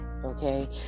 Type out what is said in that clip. okay